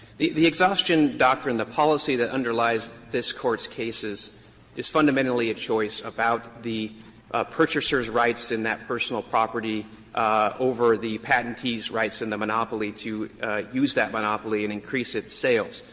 the the exhaustion doctrine, the policy that underlies this court's cases is fundamentally a choice about the purchaser's rights in that personal property over the patentee's rights in the monopoly to use that monopoly and increase its sales.